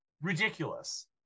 ridiculous